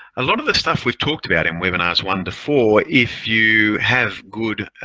a lot of the stuff we've talked about in webinars one to four, if you have good